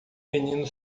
menino